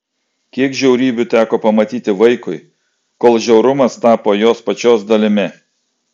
kiek žiaurybių teko pamatyti vaikui kol žiaurumas tapo jos pačios dalimi